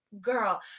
girl